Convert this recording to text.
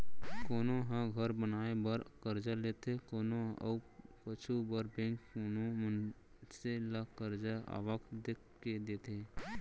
कोनो ह घर बनाए बर करजा लेथे कोनो अउ कुछु बर बेंक कोनो मनसे ल करजा आवक देख के देथे